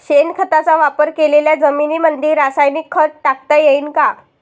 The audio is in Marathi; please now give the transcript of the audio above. शेणखताचा वापर केलेल्या जमीनीमंदी रासायनिक खत टाकता येईन का?